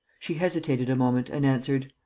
she hesitated a moment and answered